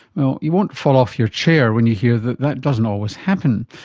well, you won't fall off your chair when you hear that that doesn't always happen,